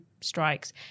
strikes